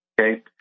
okay